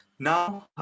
Now